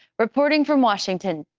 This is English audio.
reporting from washington,